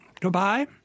Goodbye